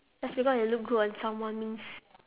just because it look good on someone means